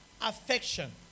affection